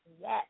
Yes